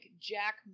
Jack